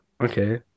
okay